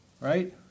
Right